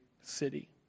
city